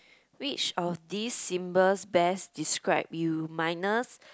which of these symbols best describe you minus